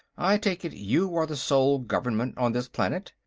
i take it you are the sole government on this planet?